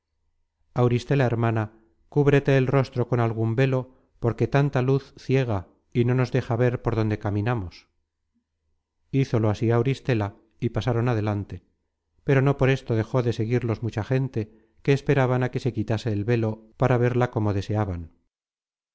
periandro auristela hermana cúbrete el rostro con algun velo porque tanta luz ciega y no nos deja ver por dónde caminamos hízolo así auristela y pasaron adelan content from google book search generated at te pero no por esto dejó de seguirlos mucha gente que esperaban á que se quitase el velo para verla como deseaban